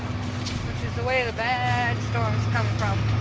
the way the bad storm's coming from.